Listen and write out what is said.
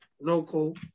local